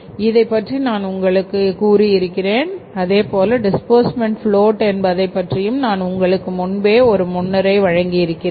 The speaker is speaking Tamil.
இதைப் பற்றி நான் உங்களுக்குக் கூறி இருக்கிறேன் அதேபோல டிஸ்பூர்ஸ்மெண்ட் ப்ஃளோட் என்பதைப் பற்றியும் நான் உங்களுக்கு முன்பே ஒரு முன்னுரை வழங்கியிருக்கிறேன்